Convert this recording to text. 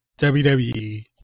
WWE